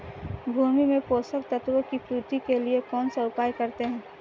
भूमि में पोषक तत्वों की पूर्ति के लिए कौनसा उपाय करते हैं?